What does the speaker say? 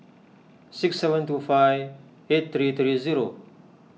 six seven two five eight three three zero